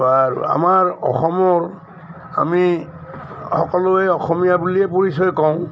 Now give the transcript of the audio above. আমাৰ অসমৰ আমি সকলোৱে অসমীয়া বুলিয়েই পৰিচয় কওঁ